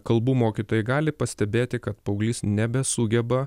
kalbų mokytojai gali pastebėti kad paauglys nebesugeba